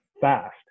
fast